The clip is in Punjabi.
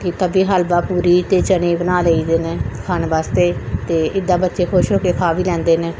ਜਿੱਦਾਂ ਵੀ ਹਲਵਾ ਪੂਰੀ ਅਤੇ ਚਨੇ ਬਣਾ ਲਈਦੇ ਨੇ ਖਾਣ ਵਾਸਤੇ ਅਤੇ ਇੱਦਾਂ ਬੱਚੇ ਖੁਸ਼ ਹੋ ਕੇ ਖਾ ਵੀ ਲੈਂਦੇ ਨੇ